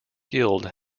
guild